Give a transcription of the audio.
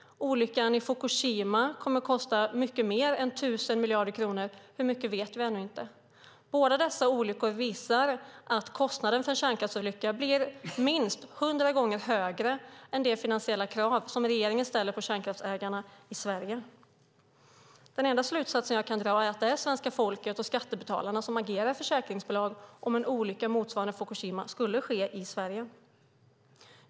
Olyckan i Fukushima kommer att kosta mycket mer än 1 000 miljarder kronor; hur mycket vet vi ännu inte. Dessa båda olyckor visar att kostnaden för en kärnkraftsolycka blir minst 100 gånger högre än det finansiella krav som regeringen ställer på kärnkraftsägarna i Sverige. Den enda slutsats jag kan dra är att det är svenska folket och skattebetalarna som agerar försäkringsbolag om en olycka motsvarande Fukushima skulle ske i Sverige.